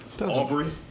Aubrey